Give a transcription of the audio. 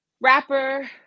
rapper